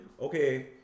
okay